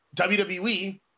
WWE